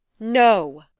no!